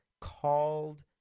called